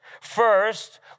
First